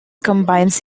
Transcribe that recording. combines